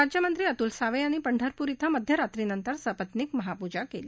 राज्यमंत्री अतुल सावे यांनी पंढरपूर इथं मध्यरात्रीनंतर सपत्नीक महापूजा केली